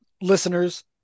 listeners